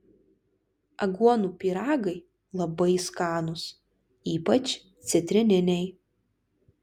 aguonų pyragai labai skanūs ypač citrininiai